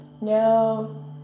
no